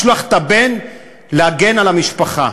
לשלוח את הבן להגן על המשפחה.